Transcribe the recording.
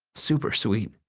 super sweet.